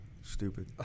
stupid